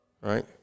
right